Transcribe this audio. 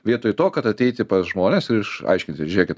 vietoj to kad ateiti pas žmones ir išaiškinti žiūrėkit